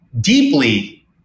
deeply